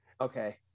Okay